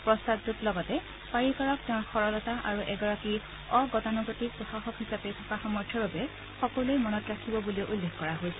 প্ৰস্তাৱটোত লগতে পাৰিকাৰক তেওঁৰ সৰলতা আৰু এগৰাকী অগতানুগতিক প্ৰশাসক হিচাপে থকা সামৰ্থ্যৰ বাবে সকলোৱে মনত ৰাখিব বুলিও উল্লেখ কৰা হৈছে